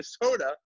Minnesota